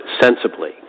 sensibly